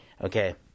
Okay